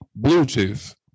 Bluetooth